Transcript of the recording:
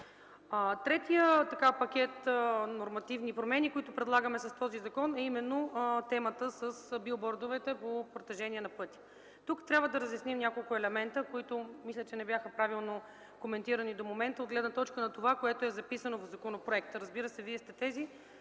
Третият пакет нормативни промени, които предлагаме с този закон, е именно темата с билбордовете по протежение на пътя. Тук трябва да разясним няколко елемента, които до момента мисля, че не бяха коментирани правилно от гледна точка на това, което е записано в законопроекта. Разбира се, вие сте